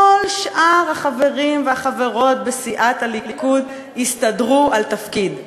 כל שאר החברים והחברות בסיעת הליכוד הסתדרו על תפקיד.